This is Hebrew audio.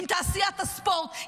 עם תעשיית הספורט,